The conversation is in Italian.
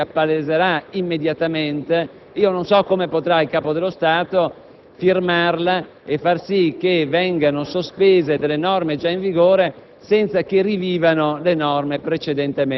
del provvedimento in esame si appaleserà immediatamente; non so come potrà il Capo dello Stato firmarlo e far sì che vengano sospese delle norme già in vigore,